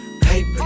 paper